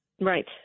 Right